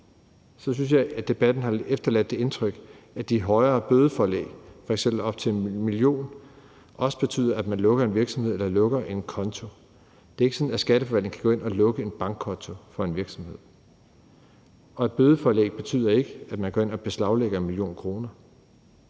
Så synes jeg, at debatten har efterladt det indtryk, at de højere bødeforelæg, f.eks. op til 1 mio. kr., også betyder, at man lukker en virksomhed eller lukker en konto. Det er ikke sådan, at Skatteforvaltningen kan gå ind og lukke en bankkonto for en virksomhed, og et bødeforelæg betyder ikke, at man går ind og beslaglægger 1 mio. kr.